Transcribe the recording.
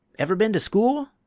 ever ben to school?